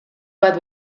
bat